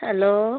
hello